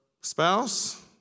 spouse